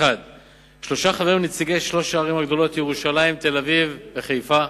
אדוני היושב-ראש, לא קיבלתי תשובה.